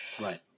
Right